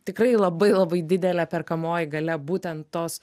tikrai labai labai didelė perkamoji galia būtent tos